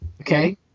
Okay